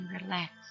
relax